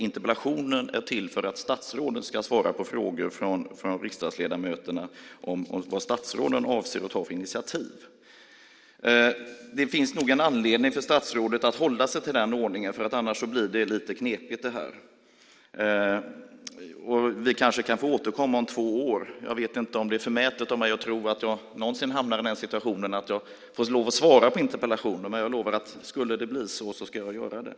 Interpellationen är till för att statsråden ska svara på frågor från riksdagsledamöterna om vad statsråden avser att ta för initiativ. Det finns nog en anledning för statsrådet att hålla sig till den ordningen, för annars blir det lite knepigt det här. Vi kanske kan få återkomma om två år. Jag vet inte om det är förmätet av mig att tro att jag någonsin hamnar i den situationen att jag får lov att svara på interpellationer, men jag lovar att om det skulle bli så kommer jag att göra det.